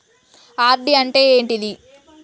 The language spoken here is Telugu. ఆర్.డి అంటే ఏంటిది?